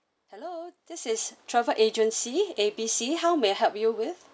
hello this is travel agency A B C how may I help you with